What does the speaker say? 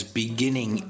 beginning